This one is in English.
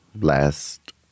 last